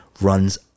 runs